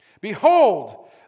Behold